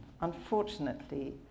Unfortunately